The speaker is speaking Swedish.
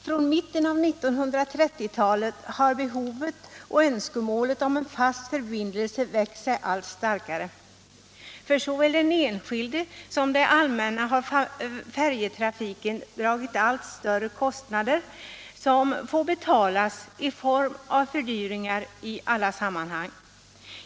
Från mitten av 1930-talet har behovet av och önskemålet om en fast förbindelse medelst en bro växt sig allt starkare. För såväl den enskilde som det allmänna har färjtrafiken dragit allt större kostnader, som får betalas i form av fördyringar i alla sammanhang.